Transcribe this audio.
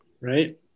right